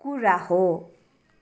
कुरा हो